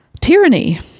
tyranny